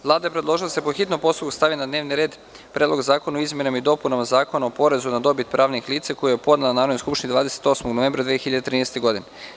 Vlada je predložila da se, po hitnom postupku, stavi na dnevni red Predlog zakona o izmenama i dopunama Zakona o porezu na dobit pravnih lica, koji je podnela Narodnoj skupštini 28. novembra 2013. godine.